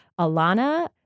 Alana